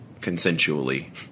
consensually